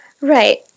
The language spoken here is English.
Right